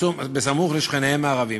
סמוך לשכניהם הערבים.